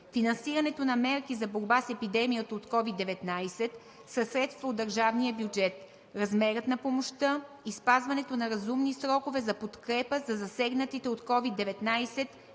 финансирането на мерки за борба с епидемията от COVID-19 със средства от държавния бюджет, размера на помощта и спазването на разумни срокове за подкрепа за засегнатите от COVID-19